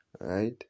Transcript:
Right